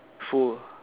full